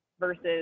versus